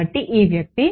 కాబట్టి ఈ వ్యక్తి